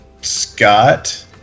Scott